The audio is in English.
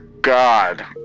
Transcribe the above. God